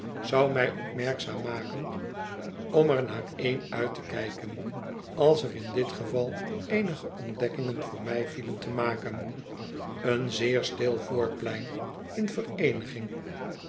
zou mij opmerkzaam maken om er naar oen uit te kijken als er in dit geval eenige ontdekkingen voor mij vielen te maken een zeer stil voorplein in vereeniging